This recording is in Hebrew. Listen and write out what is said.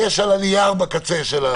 יש על הנייר בקצה.